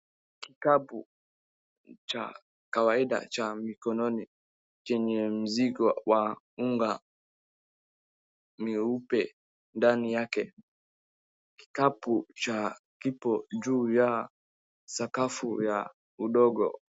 Kikapu cha kawaida cha mikononi chenye mzigo wa unga mweupe ndani yake kikapu cha kipo juu ya sakafu ya udogo.